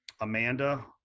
Amanda